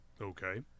Okay